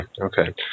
Okay